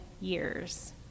years